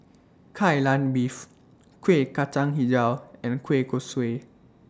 Kai Lan Beef Kuih Kacang Hijau and Kueh Kosui